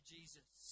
Jesus